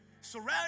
Surround